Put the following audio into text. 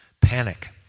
Panic